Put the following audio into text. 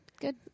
Good